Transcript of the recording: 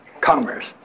Commerce